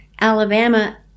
Alabama